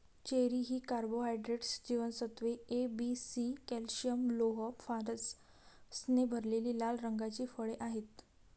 cherry ही carbohydrates, जीवनसत्त्वे A, B, C, calcium, लोह, फॉस्फरसने भरलेली लाल रंगाची फळे आहेत